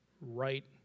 right